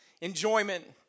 enjoyment